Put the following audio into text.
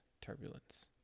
turbulence